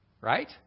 right